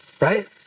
Right